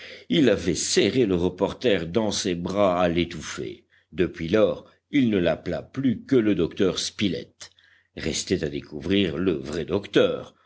il avait serré le reporter dans ses bras à l'étouffer depuis lors il ne l'appela plus que le docteur spilett restait à découvrir le vrai docteur